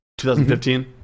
2015